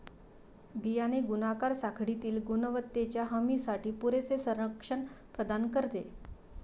बियाणे गुणाकार साखळीतील गुणवत्तेच्या हमीसाठी पुरेसे संरक्षण प्रदान करते